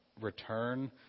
return